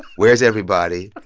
where's everybody?